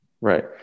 Right